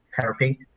therapy